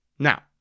Now